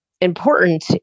important